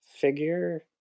figure